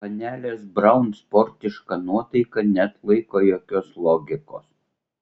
panelės braun sportiška nuotaika neatlaiko jokios logikos